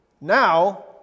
now